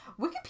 Wikipedia